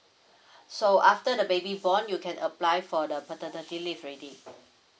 so after the baby born you can apply for the paternity leave already